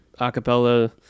acapella